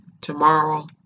tomorrow